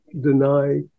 deny